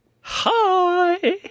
Hi